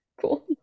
Cool